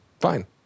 Fine